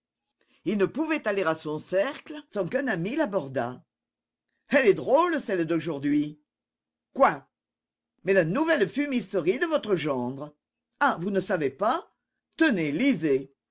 il ne pouvait aller à son cercle sans qu'un ami l'abordât elle est drôle celle d'aujourd'hui quoi mais la nouvelle fumisterie de votre gendre ah vous ne savez pas tenez lisez